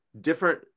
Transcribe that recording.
different